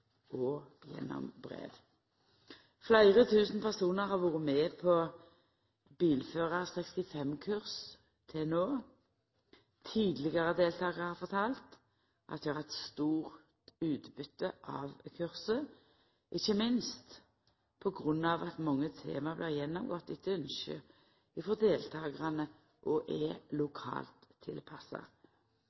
og gjennom brev. Fleire tusen personar har vore med på «Bilførar 65+»-kurs til no. Tidlegare deltakarar har fortalt at dei har hatt stort utbytte av kurset, ikkje minst på grunn av at mange tema blir gjennomgått etter ynske frå deltakarane og er lokalt tilpassa.